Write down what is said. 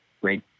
great